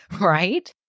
right